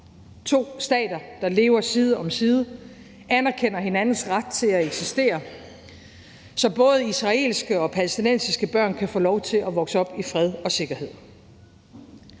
to stater, der lever side om side og anerkender hinandens ret til at eksistere, så både israelske og palæstinensiske børn kan få lov til at vokse op i fred og sikkerhed.